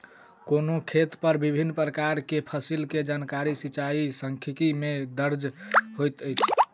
कोनो खेत पर विभिन प्रकार के फसिल के जानकारी सिचाई सांख्यिकी में दर्ज होइत अछि